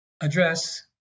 address